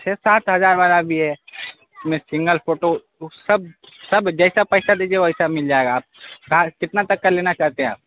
چھ سات ہزار والا بھی ہے اس میں سنگل فوٹو سب سب جیسا پیسہ دیجیے ویسا مل جائے گا آپ کتنا تک کا لینا چاہتے ہیں آپ